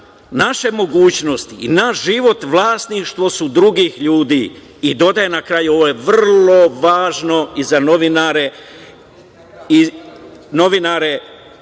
naše mogućnosti i naš život vlasništvo su drugih ljudi“, i dodaje na kraju, ovo je vrlo važno i za novinare